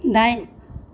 दाइन